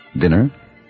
Dinner